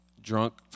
drunk